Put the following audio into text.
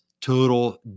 total